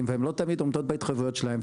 והן לא תמיד עומדות בהתחייבויות שלהן,